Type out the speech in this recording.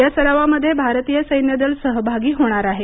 या सरावामध्ये भारतीय सैन्यदल सहभागी होणार आहे